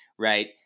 Right